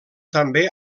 també